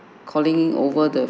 calling over the